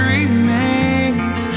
Remains